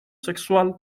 sexual